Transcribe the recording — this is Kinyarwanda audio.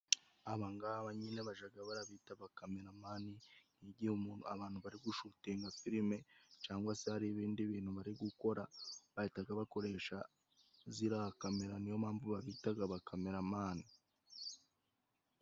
Abangaba nyine bajaga barabita bakameramani, nk'igihe umuntu abantu bari gushutinga filime cangwa se hari ibindi bintu bari gukora bahitaga bakoresha zira kamera niyo mpamvu babitaga bakameramani.